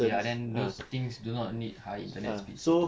okay ah then those things do not need high internet speed everything